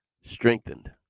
strengthened